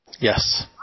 Yes